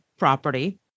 Property